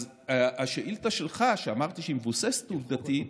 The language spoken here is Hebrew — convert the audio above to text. אז השאילתה שלך, שאמרתי שהיא מבוססת עובדתית,